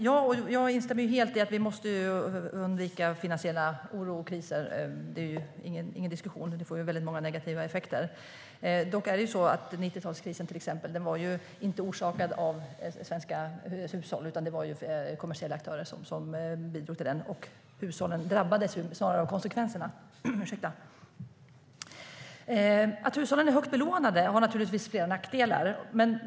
Fru talman! Jag instämmer helt i att vi måste undvika finansiell oro och kriser. Det är ingen diskussion om det. Det får ju väldigt många negativa effekter. Dock var till exempel 90-talskrisen inte orsakad av svenska hushåll, utan det var kommersiella aktörer som bidrog till den. Hushållen drabbades snarare av konsekvenserna. Att hushållen är högt belånade har naturligtvis flera nackdelar.